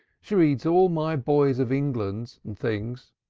she reads all my boys of england and things,